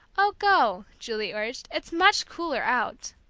oh, go, julie urged, it's much cooler out.